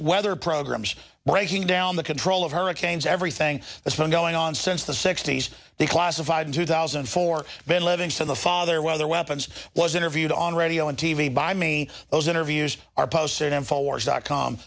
whether programs breaking down the control of hurricanes everything that's been going on since the sixty's they classified in two thousand and four been living to the father whether weapons was interviewed on radio and t v by me those interviews are posted info wars dot com